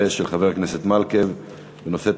19, של חבר הכנסת מקלב, בנושא: